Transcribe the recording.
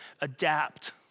adapt